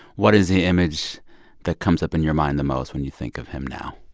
what is the image that comes up in your mind the most when you think of him now?